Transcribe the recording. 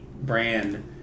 brand